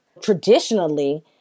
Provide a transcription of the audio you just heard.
Traditionally